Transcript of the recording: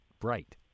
bright